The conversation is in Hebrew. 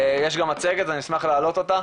יש גם מצגת, אני אשמח להעלות אותה.